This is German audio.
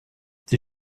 die